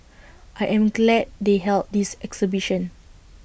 I am glad they held this exhibition